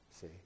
See